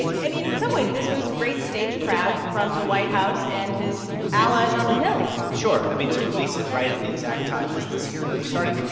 i mean, in some ways, this was great stagecraft from the white house and his allies on the hill sure, i mean, to release it right at the exact time as this hearing was starting.